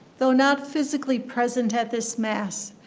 though not physically present at this mass,